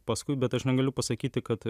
paskui bet aš negaliu pasakyti kad